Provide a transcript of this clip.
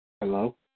Hello